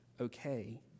okay